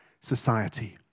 society